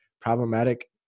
problematic